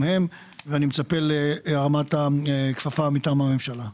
אני מצפה להרמת הכפפה מטעם הממשלה.